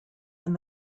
and